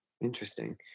interesting